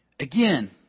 Again